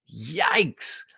Yikes